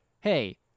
hey